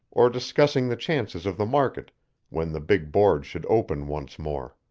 or discussing the chances of the market when the big board should open once more.